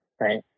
right